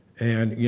and you